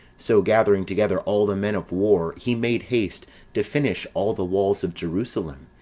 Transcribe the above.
so gathering together all the men of war, he made haste to finish all the walls of jerusalem,